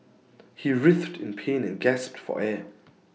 he writhed in pain and gasped for air